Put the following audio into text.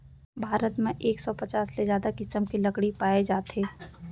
भारत म एक सौ पचास ले जादा किसम के लकड़ी पाए जाथे